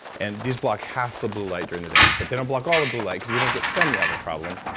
and this block half the blue light during the day, but they don't block all the blue light because if you don't get some you have a problem.